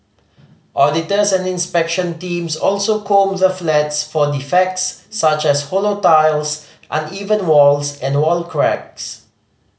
auditors and inspection teams also comb the flats for defects such as hollow tiles uneven walls and wall cracks